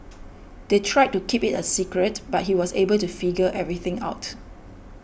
they tried to keep it a secret but he was able to figure everything out